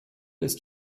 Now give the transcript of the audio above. ist